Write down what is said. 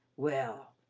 well,